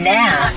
now